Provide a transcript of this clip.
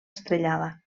estrellada